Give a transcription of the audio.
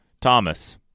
Thomas